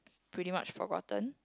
pretty much forgotten